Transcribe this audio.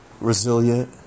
resilient